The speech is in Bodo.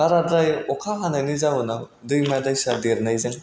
बाराद्राय अखा हानायनि जाउनाव दैमा दैसा देरनायजों